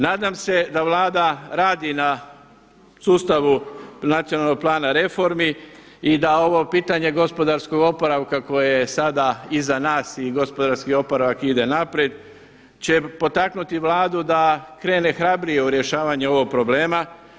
Nadam se da Vlada radi na sustavu nacionalnog plana reformi i da ovo pitanje gospodarskog oporavka koje je sada iza nas i gospodarski oporavak ide naprijed će potaknuti Vladu da krene hrabrije u rješavanje ovog problema.